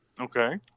okay